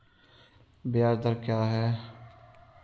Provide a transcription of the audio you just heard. ब्याज दर क्या है?